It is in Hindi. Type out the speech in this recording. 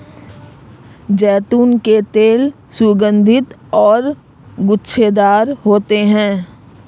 जैतून के फूल सुगन्धित और गुच्छेदार होते हैं